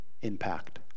impact